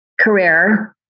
career